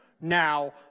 now